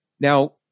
Now